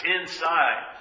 inside